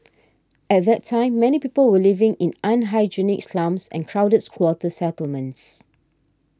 at that time many people were living in unhygienic slums and crowded squatter settlements